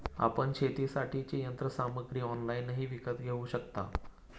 आपण शेतीसाठीची यंत्रसामग्री ऑनलाइनही विकत घेऊ शकता